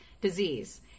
disease